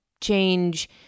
change